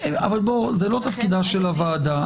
זה לא תפקיד הוועדה.